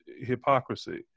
hypocrisy